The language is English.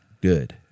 good